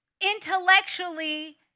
Intellectually